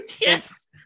yes